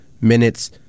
minutes